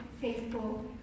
faithful